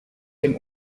dem